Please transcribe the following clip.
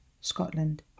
Scotland